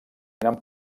tenen